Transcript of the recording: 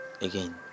again